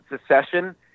secession